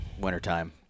Wintertime